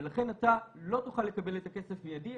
ולכן אתה לא תוכל לקבל את הכסף מיידית,